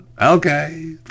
okay